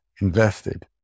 invested